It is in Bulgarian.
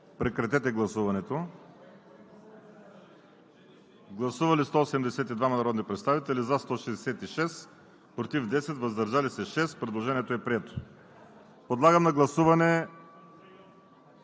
разпоредба“. Гласували 182 народни представители: за 166, против 10, въздържали се 6. Предложението е прието. Подлагам на гласуване